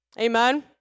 Amen